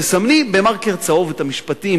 תסמני במרקר צהוב את המשפטים